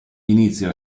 inizia